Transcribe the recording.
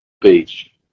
beach